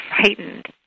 frightened